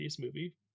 movie